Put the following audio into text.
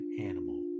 animal